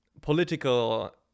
political